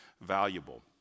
valuable